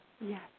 Yes